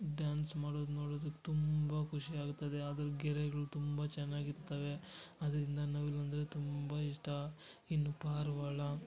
dance ಮಾಡೋದು ನೋಡೋದು ತುಂಬ ಖುಷಿ ಆಗ್ತದೆ ಅದ್ರ ಗೆರೆಗಳು ತುಂಬ ಚೆನ್ನಾಗಿರ್ತವೆ ಅದರಿಂದ ನವಿಲು ಅಂದರೆ ತುಂಬ ಇಷ್ಟ ಇನ್ನು ಪಾರಿವಾಳ